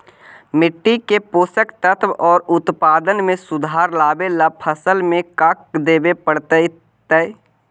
मिट्टी के पोषक तत्त्व और उत्पादन में सुधार लावे ला फसल में का देबे पड़तै तै?